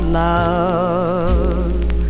love